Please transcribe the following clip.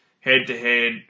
head-to-head